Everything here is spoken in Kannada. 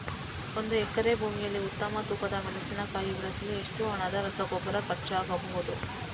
ಒಂದು ಎಕರೆ ಭೂಮಿಯಲ್ಲಿ ಉತ್ತಮ ತೂಕದ ಮೆಣಸಿನಕಾಯಿ ಬೆಳೆಸಲು ಎಷ್ಟು ಹಣದ ರಸಗೊಬ್ಬರ ಖರ್ಚಾಗಬಹುದು?